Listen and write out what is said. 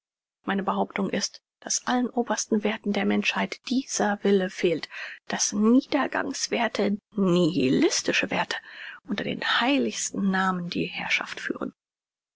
meine behauptung ist daß allen obersten werthen der menschheit dieser wille fehlt daß niedergangs werthe nihilistische werthe unter den heiligsten namen die herrschaft führen